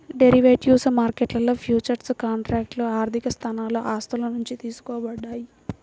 derivative మార్కెట్లో futures కాంట్రాక్ట్లు ఆర్థికసాధనాలు ఆస్తుల నుండి తీసుకోబడ్డాయి